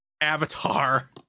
Avatar